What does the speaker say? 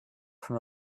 from